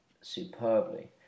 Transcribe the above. superbly